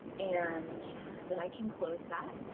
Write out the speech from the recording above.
and then i can close that.